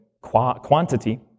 quantity